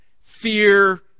fear